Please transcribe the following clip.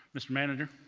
mr. manager.